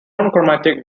monochromatic